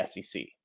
SEC